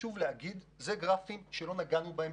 חשוב להגיד שאלה גרפים שלא נגענו בהם,